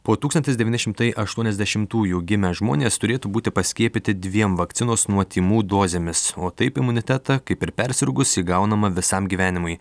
po tūkstantis devyni šimtai aštuoniasdešimtųjų gimę žmonės turėtų būti paskiepyti dviem vakcinos nuo tymų dozėmis o taip imunitetą kaip ir persirgus įgaunama visam gyvenimui